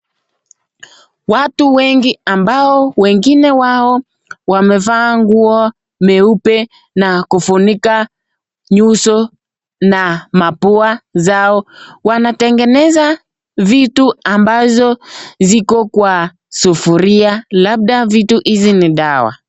Watu wengi ambao wengine wao wamevaa nguo meupe na kufunika nyuso na mapua zao. Wanategeneza vitu ambazo ziko kwa sufuria labda vitu hizi ni dawa.